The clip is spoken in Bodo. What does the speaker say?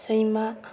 सैमा